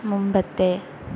മുമ്പത്തെ